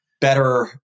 better